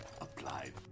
applied